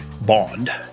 Bond